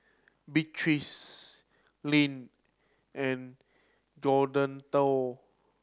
Beatrice Leann and Johnathon